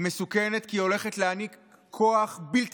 היא מסוכנת כי היא הולכת להעניק כוח בלתי